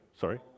sorry